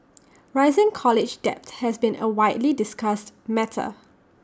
rising college debt has been A widely discussed matter